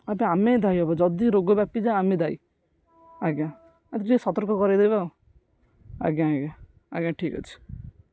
ଆଜ୍ଞା ଆମେ ଦାୟୀ ହବୁ ଯଦି ରୋଗ ବ୍ୟାପିଯାଏ ଆମେ ଦାୟୀ ଆଜ୍ଞା ଟିକେ ସତର୍କ କରେଇଦେବେ ଆଉ ଆଜ୍ଞା ଆଜ୍ଞା ଆଜ୍ଞା ଠିକ୍ ଅଛି